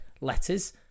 letters